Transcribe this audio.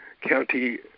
County